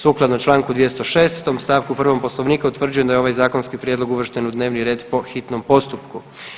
Sukladno članku 206. stavku 1. Poslovnika utvrđujem da je ovaj zakonski prijedlog uvršten u dnevni red po hitnom postupku.